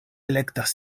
elektas